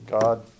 God